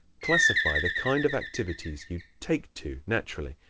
classify the kind of activities you take to naturally.